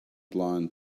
blond